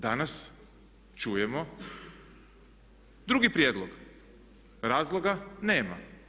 Danas čujemo drugi prijedlog, razloga nema.